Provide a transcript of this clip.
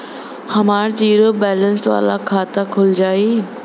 हमार zero balance वाला खाता खुल जाई?